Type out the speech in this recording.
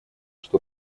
что